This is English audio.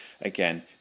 again